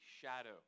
shadow